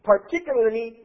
particularly